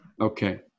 Okay